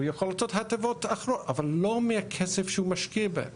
הוא יכול לעשות הטבות אחרות אבל לא מהכסף שהוא משקיע בהם.